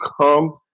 come